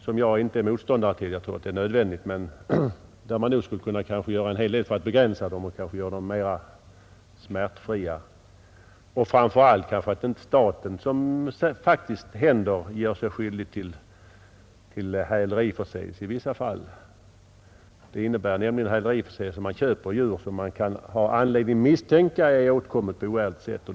Jag är inte motståndare till dem, eftersom jag tror att de är nödvändiga, men man skulle säkerligen kunna göra en hel del för att begränsa försökens omfattning och kanske också göra dem mera smärtfria. Och framför allt bör inte staten, som nu faktiskt ibland händer, göra sig skyldig till häleriförseelser. Staten köper nämligen upp djur, som man kan ha anledning misstänka är åtkomna på oärligt sätt.